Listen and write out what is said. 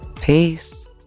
Peace